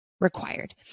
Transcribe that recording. required